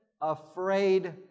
afraid